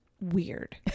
weird